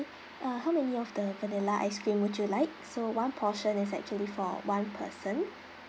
uh how many of the vanilla ice cream would you like so one portion is actually for one person